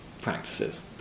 practices